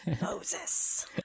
Moses